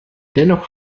dennoch